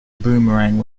boomerang